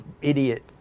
idiot